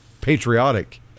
patriotic